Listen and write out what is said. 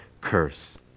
curse